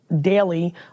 daily